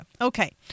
Okay